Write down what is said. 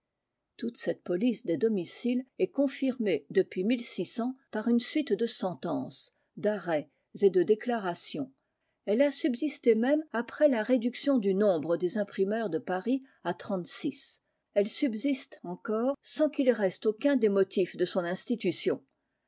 toute cette police des domiciles est confirmée depuis par une suite de sentences d'arrêts et de déclarations elle a subsisté même après la réduction du nombre des imprimeurs de paris à trente-six elle subsiste encore sans qu'il reste aucun des motifs de son institution